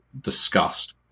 discussed